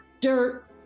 dirt